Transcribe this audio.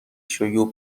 شیوع